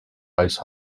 ice